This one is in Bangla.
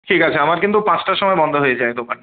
ঠিক আছে আমার কিন্তু পাঁচটার সময় বন্ধ হয়ে যায় দোকান